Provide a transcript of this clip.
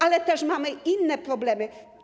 Ale też mamy inne problemy.